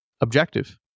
objective